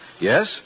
Yes